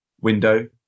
window